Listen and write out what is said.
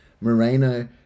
Moreno